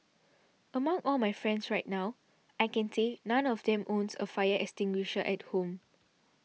among all my friends right now I can say none of them owns a fire extinguisher at home